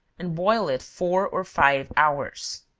and boil it four or five hours.